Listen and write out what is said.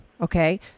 Okay